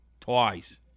twice